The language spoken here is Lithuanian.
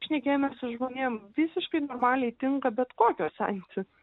šnekėjomės su žmonėm visiškai normaliai tinka bet kokios antys